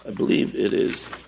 i believe it is